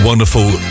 Wonderful